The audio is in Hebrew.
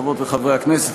חברות וחברי הכנסת,